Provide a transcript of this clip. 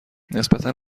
نسبتا